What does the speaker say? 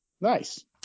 Nice